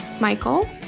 Michael